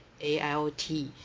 AIOT